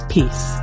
Peace